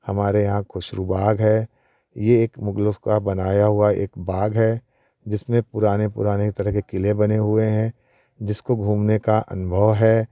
हमारे यहाँ खुसरो बाग है यह एक मुगलों का बनाया हुआ एक बाग है जिसमें पुराने पुराने तरह के किले बने हुए हैं जिसको घूमने का अनुभव है